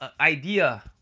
idea